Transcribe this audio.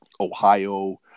Ohio